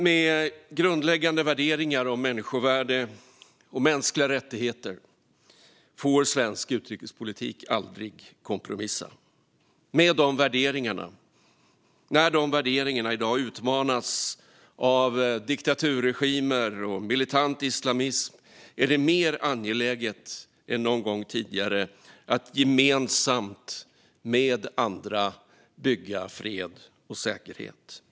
Med grundläggande värderingar om människovärde och mänskliga rättigheter får svensk utrikespolitik aldrig kompromissa. När de värderingarna i dag utmanas av diktaturregimer och militant islamism är det mer angeläget än någon gång tidigare att gemensamt med andra bygga fred och säkerhet.